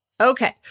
Okay